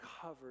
covered